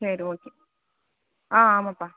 சரி ஓகே ஆ ஆமாம்ப்பா